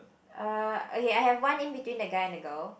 uh okay I have one in between the guy and the girl